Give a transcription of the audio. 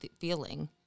feeling